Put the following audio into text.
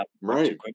Right